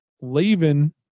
leaving